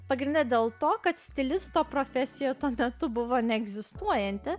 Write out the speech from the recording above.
pagrinde dėl to kad stilisto profesija tuo metu buvo neegzistuojanti